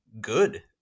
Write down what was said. good